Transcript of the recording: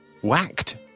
Whacked